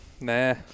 Nah